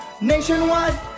Nationwide